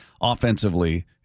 offensively